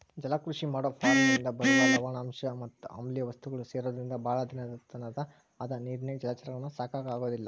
ಜಲಕೃಷಿ ಮಾಡೋ ಫಾರ್ಮನಿಂದ ಬರುವ ಲವಣಾಂಶ ಮತ್ ಆಮ್ಲಿಯ ವಸ್ತುಗಳು ಸೇರೊದ್ರಿಂದ ಬಾಳ ದಿನದತನ ಅದ ನೇರಾಗ ಜಲಚರಗಳನ್ನ ಸಾಕಾಕ ಆಗೋದಿಲ್ಲ